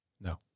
No